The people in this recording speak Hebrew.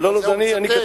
זה לא אתה כתבת.